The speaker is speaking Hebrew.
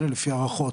לפי הערכות,